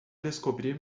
descobrir